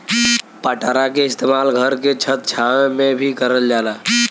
पटरा के इस्तेमाल घर के छत छावे में भी करल जाला